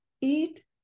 eat